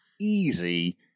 easy